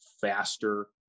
faster